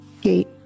gate